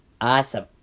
Awesome